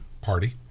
party